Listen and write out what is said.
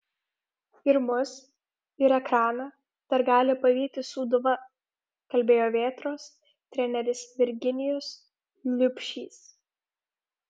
ir mus ir ekraną dar gali pavyti sūduva kalbėjo vėtros treneris virginijus liubšys